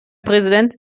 präsident